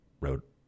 wrote